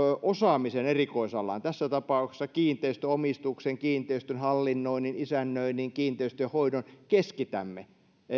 osaamisen erikoisalan tässä tapauksessa kiinteistöomistuksen kiinteistön hallinnoinnin isännöinnin kiinteistönhoidon keskitämme